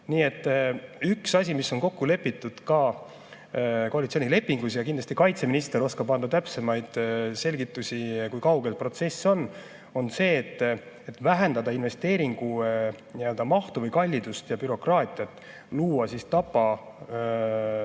Üks asi, mis on kokku lepitud ka koalitsioonilepingus – kindlasti kaitseminister oskab anda täpsemaid selgitusi, kui kaugel see protsess on –, on [soov] vähendada investeeringute mahtu ja kallidust ja bürokraatiat ning luua Tapa